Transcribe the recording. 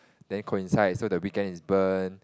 then coincide so the weekend is burn